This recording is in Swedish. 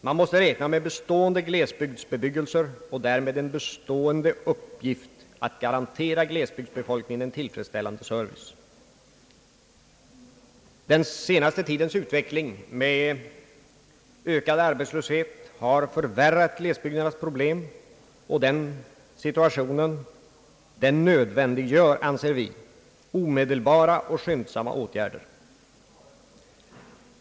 Man måste räkna med bestående glesbebyggelse och därmed en bestående uppgift att garantera glesbygdsbefolkningen tillfredsställande service. Den senaste tidens utveckling med ökad arbetslöshet har förvärrat glesbygdernas problem, och den situationen nödvändiggör, an ser vi, omedelbara och skyndsamma åtgärder.